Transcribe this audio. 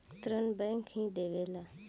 ऋण बैंक ही देवेला